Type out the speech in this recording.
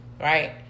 right